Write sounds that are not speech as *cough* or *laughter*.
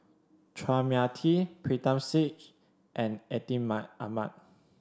Chua Mia Tee Pritam Singh and Atin *unintelligible* Amat